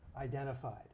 identified